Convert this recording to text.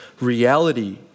reality